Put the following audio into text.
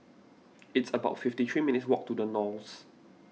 it's about fifty three minutes' walk to the Knolls